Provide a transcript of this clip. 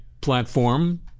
platform